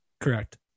Correct